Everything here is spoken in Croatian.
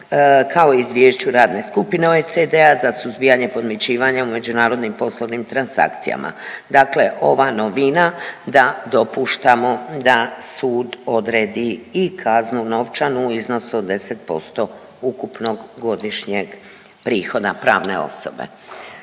kao i izvješću radne skupine OECD-a, za suzbijanje podmićivanja u međunarodnim poslovnim transakcijama. Dakle ova novina da dopuštamo da sud odredi i kaznu novčanu od 10% ukupnog godišnjeg prihoda pravne osobe.